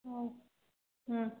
ହଉ ହଁ